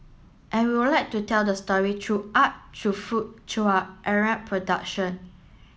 and we'll like to tell the story through art through food through our aerial production